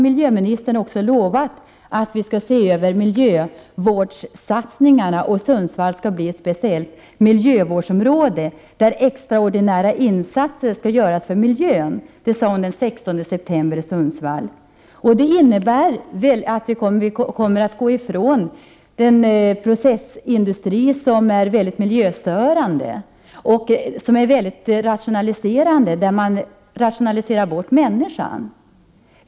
Miljöministern har nämligen lovat att vi skall se över miljövårdssatsningarna, och Sundsvall skall bli ett speciellt miljövårdsområde där extraordinära insatser skall göras för miljön. Detta sade miljöministern den 16 september i Sundsvall. Det innebär väl att vi kommer att gå ifrån den processindustri som är mycket miljöstörande, som är mycket rationaliserande och som därmed rationaliserar bort människan.